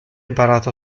imparato